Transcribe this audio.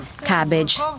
cabbage